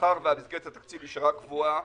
מאחר שמסגרת התקציב נשארה קבועה,